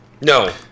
No